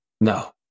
No